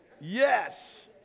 Yes